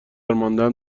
ماندن